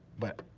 but.